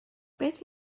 beth